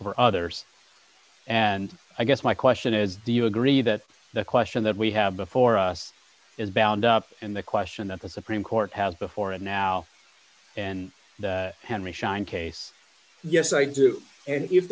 for others and i guess my question is do you agree that the question that we have before us is bound up in the question that the supreme court has before and now and the henry schein case yes i do